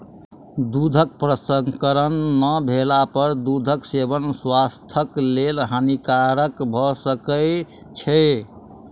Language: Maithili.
दूधक प्रसंस्करण नै भेला पर दूधक सेवन स्वास्थ्यक लेल हानिकारक भ सकै छै